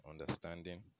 understanding